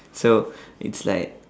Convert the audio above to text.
so it's like